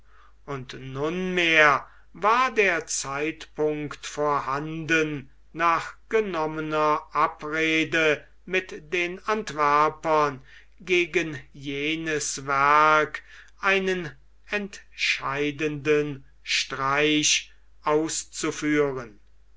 und nunmehr war der zeitpunkt vorhanden nach genommener abrede mit den antwerpern gegen jenes werk einen entscheidenden streich auszuführen